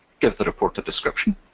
give the report a description,